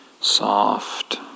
soft